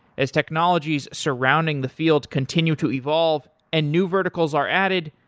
as technologies surrounding the field continue to evolve and new verticals are added,